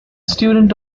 student